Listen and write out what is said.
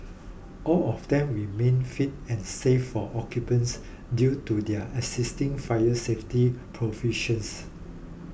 all of them remain fit and safe for occupancy due to their existing fire safety provisions